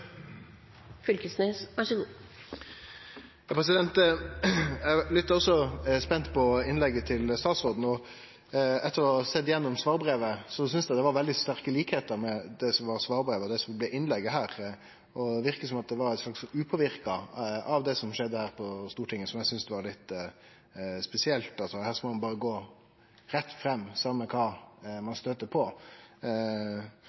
statsråden, og etter å ha sett igjennom svarbrevet, synest eg det er veldig sterke likskapar mellom svarbrevet, og det som blei innlegget her. Det verkar som om det var upåverka av det som har skjedd her på Stortinget, noko eg synest er litt spesielt, altså at her skal ein berre gå rett fram, same kva ein støyter på. Vi har høge standardar for dyrehelse i Noreg, og i ei